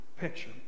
picture